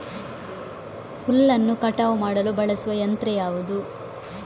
ಹುಲ್ಲನ್ನು ಕಟಾವು ಮಾಡಲು ಬಳಸುವ ಯಂತ್ರ ಯಾವುದು?